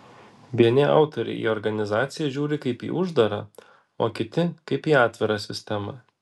vieni autoriai į organizaciją žiūri kaip į uždarą o kiti kaip į atvirą sistemą